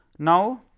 now,